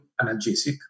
analgesic